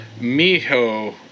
Miho